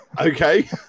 Okay